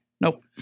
Nope